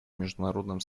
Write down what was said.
международным